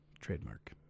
Trademark